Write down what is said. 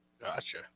gotcha